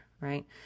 right